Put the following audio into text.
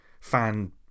fan